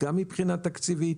מבחינה תקציבית,